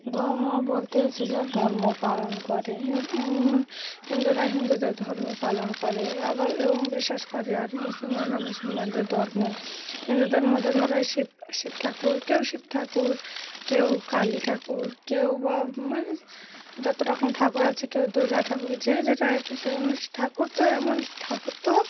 ধর্ম বলতে যে যার ধর্ম পালন করে হিন্দুরা হিন্দুদের ধর্ম পালন করে আবার এবং বিশ্বাস করে আর মুসলমানরা মুসলমানদের ধর্ম হিন্দুদের মধ্যে ধরো এই শিব শিব ঠাকুর কেউ শিব ঠাকুর কেউ কালী ঠাকুর কেউ বা মানে যত রকম ঠাকুর আছে কেউ দুর্গা ঠাকুর যে যেটায় বিশ্বাস মানে ঠাকুর তো এমন ঠাকুর তো